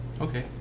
Okay